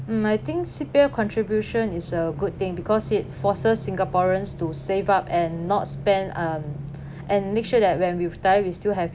um I think C_P_F contribution is a good thing because it forces singaporeans to save up and not spend um and make sure that when we've retire we still have